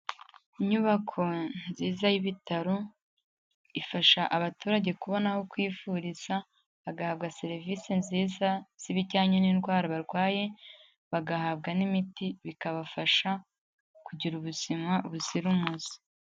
Inyubako nziza y'ibitaro, ifasha abaturage kubona aho kwivuriza, bagahabwa serivisi nziza z'ibijyanye n'indwara barwaye, bagahabwa n'imiti bikabafasha kugira ubuzima buzira umuze.